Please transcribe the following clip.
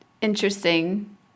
interesting